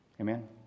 Amen